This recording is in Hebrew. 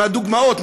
הדוגמאות,